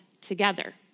together